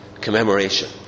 commemoration